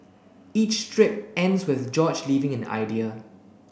each strip ends with George leaving an idea